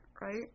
right